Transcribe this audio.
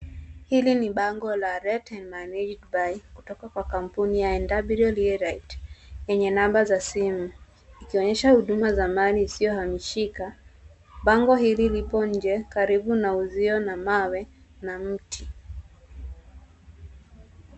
Hili ni bango la Let and Managed By kutoka kwa kampuni ya NW Realite enye namba za simu, ikionyesha huduma za mali isiyohamishika. Bango hili lipo nje karibu na uzio na mawe na mti.